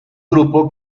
grupo